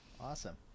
awesome